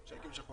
לפעמים גם יותר,